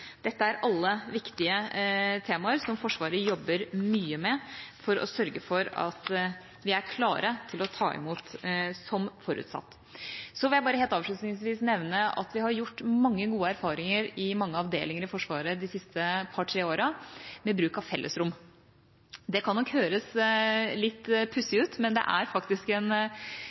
Dette er alle viktige temaer, som Forsvaret jobber mye med for å sørge for at vi er klare til å ta imot, som forutsatt. Så vil jeg bare helt avslutningsvis nevne at vi de siste par–tre årene har gjort mange gode erfaringer i mange avdelinger i Forsvaret med bruk av fellesrom. Det kan nok høres litt